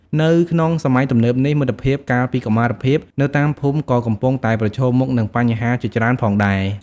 នៅក្នុងសម័យទំនើបនេះ មិត្តភាពកាលពីកុមារភាពនៅតាមភូមិក៏កំពុងតែប្រឈមមុខនឹងបញ្ហាជាច្រើនផងដែរ។